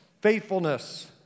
faithfulness